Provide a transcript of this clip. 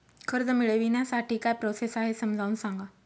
कर्ज मिळविण्यासाठी काय प्रोसेस आहे समजावून सांगा